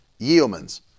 Yeomans